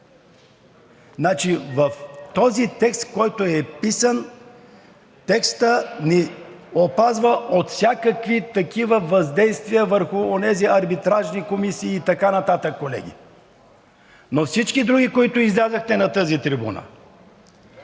В този текст, който е писан, текстът ни опазва от всякакви такива въздействия върху онези арбитражни комисии и така нататък, колеги. Но всички други, които излязохте на тази трибуна